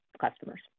customers